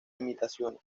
imitaciones